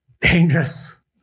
dangerous